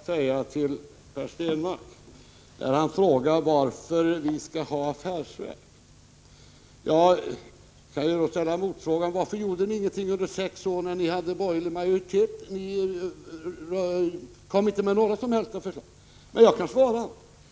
Herr talman! Jag skall fatta mig mycket kort. Per Stenmarck frågar varför vi skall ha affärsverk. Jag kan ställa motfrågan: Varför gjorde ni ingenting under de sex åren med borgerlig majoritet? Ni kom inte med något som helst förslag. Men jag kan svara.